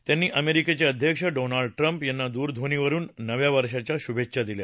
त्यांनी अमेरिकेचे अध्यक्ष डोनाल्ड ट्रम्प यांना दूरध्वनीवरुन नव्या वर्षाच्या शुभेच्छा दिल्या